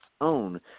own